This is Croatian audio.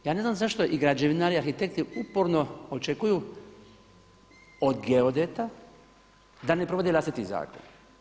Ja ne znam zašto i građevinari, arhitekti uporno očekuju od geodeta da ne provode vlastiti zakon.